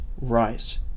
Right